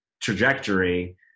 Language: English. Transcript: trajectory